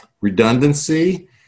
redundancy